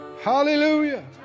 Hallelujah